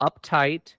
uptight